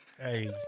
Hey